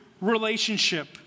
relationship